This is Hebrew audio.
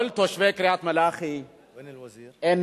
לא כל תושבי קריית-מלאכי גזענים.